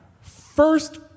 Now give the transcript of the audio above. first